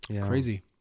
Crazy